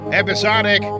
episodic